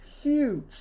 huge